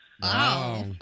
Wow